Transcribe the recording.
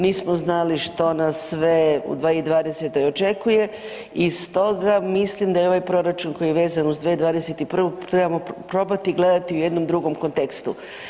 Nismo znali što nas sve u 2020. očekuje i stoga mislim da je ovaj proračun koji je vezan uz 2021. trebamo probati gledati u jednom drugom kontekstu.